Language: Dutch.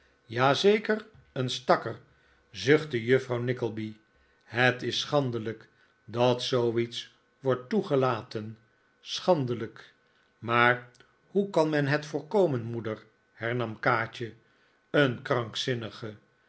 zeker een stakker zuchtte juffrouw nickleby het is schandelijk dat zooiets wordt toegelaten schandelijk maar hoe kan men het voorkomen r moeder hernam kaatje een krankzinnige